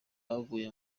abaguye